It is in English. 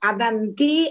Adanti